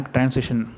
Transition